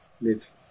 live